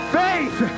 faith